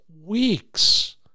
weeks